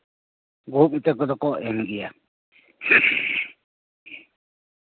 ᱜᱩᱦᱩᱢ ᱤᱛᱟᱹ ᱠᱚᱫᱚ ᱠᱚ ᱮᱢ ᱜᱮᱭᱟ